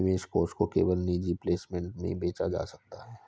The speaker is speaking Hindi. निवेश कोष को केवल निजी प्लेसमेंट में बेचा जा सकता है